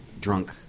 drunk